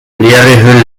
leere